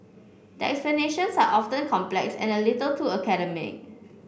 the explanations are often complex and a little too academic